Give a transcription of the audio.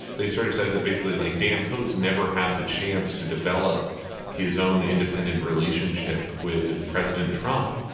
they sort of said that basically, like dan coats never had the chance to develop his own independent relationship with president trump.